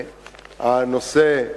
הנושא,